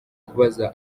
kubaza